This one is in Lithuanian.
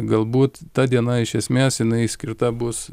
galbūt ta diena iš esmės jinai skirta bus